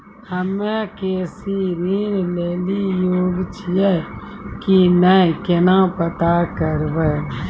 हम्मे के.सी.सी ऋण लेली योग्य छियै की नैय केना पता करबै?